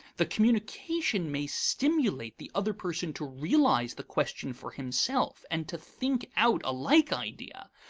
the communication may stimulate the other person to realize the question for himself and to think out a like idea,